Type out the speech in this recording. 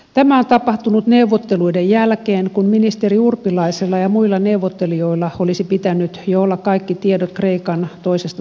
tämä on tapahtunut neuvotteluiden jälkeen kun ministeri urpilaisella ja muilla neuvottelijoilla olisi pitänyt jo olla kaikki tiedot kreikan toisesta tukipaketista